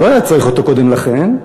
שלא היה צריך אותו קודם לכן,